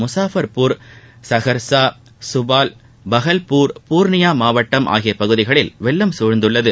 முசாஃபர்பூர் சஹர்ஸா சுபால் பஹல்பூர் பூர்ணியா மாவட்டம் ஆகிய பகுதிகளில் வெள்ளம் சூழ்ந்துள்ளது